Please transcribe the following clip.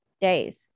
days